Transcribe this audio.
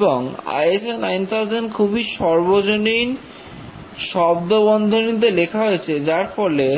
এবং ISO 9000 খুবই সর্বজনীন শব্দ বন্ধনীতে লেখা হয়েছে যার ফলে